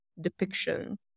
depiction